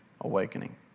awakening